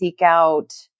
Seekout